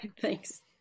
thanks